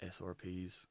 SRPs